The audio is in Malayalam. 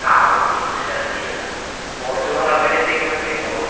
ആ ഓക്കെ ക്രിസ്റ്റ അറേഞ്ച് ചെയ്യാം സാർ ഫോർച്യൂണറോ അങ്ങനെ എന്തെങ്കിലും ഒക്കെ നോക്കണോ